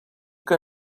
que